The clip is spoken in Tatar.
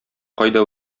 кайда